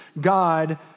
God